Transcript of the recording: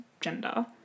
gender